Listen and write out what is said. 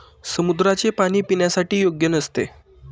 समुद्राचे पाणी पिण्यासाठी योग्य नसते